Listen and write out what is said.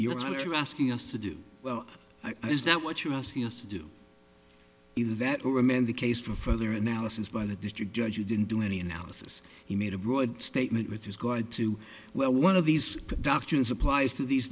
you're asking us to do well i was that what you're asking us to do either that or remand the case for further analysis by the district judge you didn't do any analysis he made a broad statement with his guard to where one of these productions applies to these